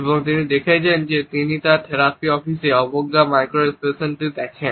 এবং তিনি দেখেছেন যে যখন তিনি তার থেরাপি অফিসে অবজ্ঞা মাইক্রো এক্সপ্রেশন দেখেন